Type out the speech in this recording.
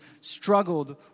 struggled